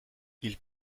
ils